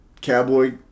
cowboy